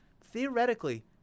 theoretically